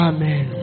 Amen